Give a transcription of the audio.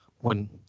One